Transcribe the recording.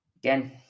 Again